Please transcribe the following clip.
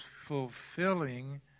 fulfilling